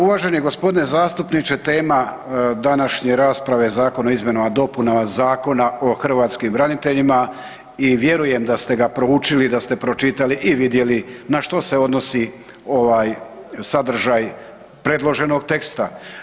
Uvaženi g. zastupniče, tema današnje rasprave je Zakon o izmjenama i dopunama Zakona o hrvatskim braniteljima i vjerujem da ste ga proučili i da ste pročitali i vidjeli na što se odnosi ovaj sadržaj predloženog teksta.